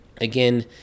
Again